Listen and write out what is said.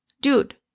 Dude